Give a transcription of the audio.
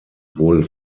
wohl